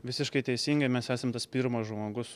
visiškai teisingai mes esam tas pirmas žmogus